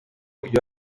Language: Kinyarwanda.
buryo